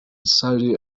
saudi